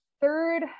third